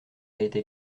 été